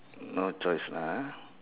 no choice lah ah